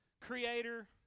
creator